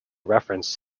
reference